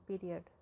period